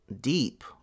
deep